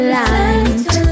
light